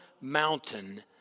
mountain